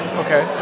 okay